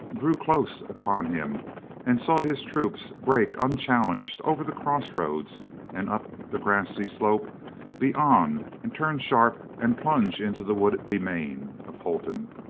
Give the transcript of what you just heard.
drew close upon him and saw his troops break unchallenged over the cross-roads and up the grassy slope beyond and turn sharp and plunge into the wooded demesne of holton.